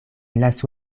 lasu